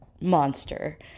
monster